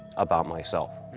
about myself.